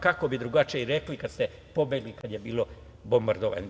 Kako bi drugačije i rekli kada ste pobegli kada je bilo bombardovanje.